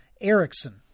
Erickson